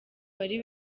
wari